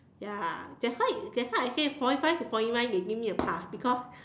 ya that's why that's why I say forty five to forty nine they give me a pass because